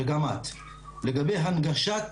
וגם את, לגבי הנגשת